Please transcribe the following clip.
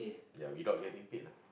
ya without getting paid lah